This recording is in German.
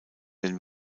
den